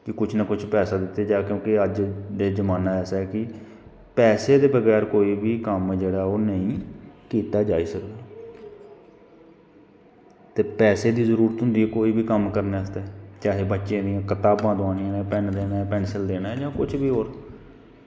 कि कुछ न कुछ पैसा दित्ता जा क्योंकि अज्ज जमाना ऐसा ऐ कि पैसे दे बगैरकोई बी कम्म जेह्ड़ा ऐ ओह् नेंई कीता जाई सकदा ते पैसे दी जरूरत होंदी ऐ कोई बी कम्म करने आस्तै चाहे बच्चे दियां कताबां दोआनियां नै पैन्न देना पैंसल कुछ बी होर